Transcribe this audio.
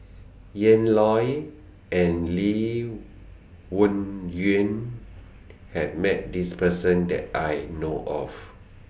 Ian Loy and Lee Wung Yew has Met This Person that I know of